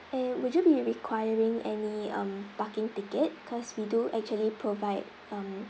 and would you be requiring any um parking ticket cause we do actually provide um